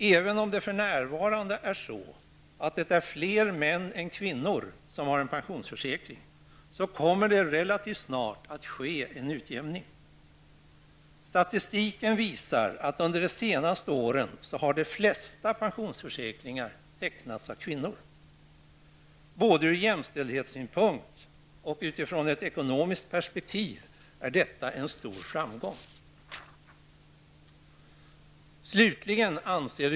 Även om det för närvarande är så, att det är fler män än kvinnor som har en pensionsförsäkring, kommer det relativt snart att ske en utjämning. Statistiken visar att de flesta pensionsförsäkringarna under de senaste åren har tecknats av kvinnor. Både ur jämställdhetssynpunkt och från ett ekonomiskt perspektiv är detta att betrakta som en stor framgång.